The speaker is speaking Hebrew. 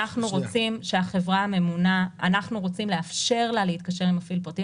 אנחנו רוצים לאפשר לחברה הממונה להתקשר עם מפעיל פרטי.